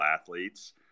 athletes